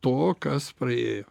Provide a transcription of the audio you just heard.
to kas praėjo